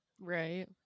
right